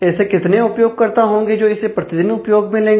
ऐसे कितने उपयोगकर्ता होंगे जो इसे प्रतिदिन उपयोग में लेंगे